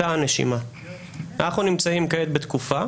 אנחנו נמצאים כעת בתקופה,